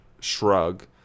shrug